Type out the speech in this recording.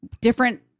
different